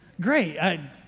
Great